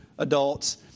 Adults